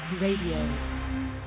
Radio